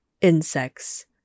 insects